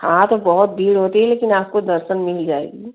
हाँ तो बहुत भीड़ होती है लेकिन आपको दर्शन मिल जाएगा